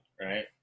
right